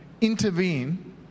Intervene